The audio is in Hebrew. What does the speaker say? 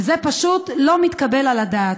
וזה פשוט לא מתקבל על הדעת,